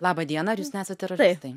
labą dieną ar jūs nesat teroristai